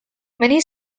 many